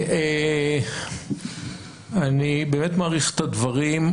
אני באמת מעריך את הדברים,